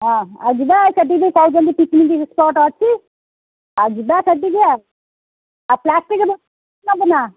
ହଁ ଆଉ ଯିବା ଆଉ ସେଠିବି କହୁଛନ୍ତି ପିକ୍ନିକ୍ ସ୍ପଟ୍ ଅଛି ଆଉ ଯିବା ସେଠିକି ଆଉ ପ୍ଲାଷ୍ଟିକ୍ ନବୁନା